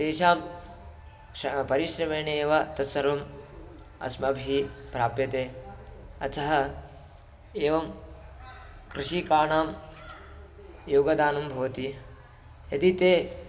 तेषां श्र परिश्रमेण एव तत्सर्वम् अस्माभिः प्राप्यते अतः एवं कृषिकाणां योगदानं भवति यदि ते